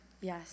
Yes